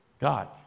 God